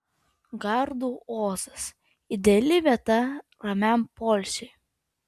gardų ozas ideali vieta ramiam poilsiui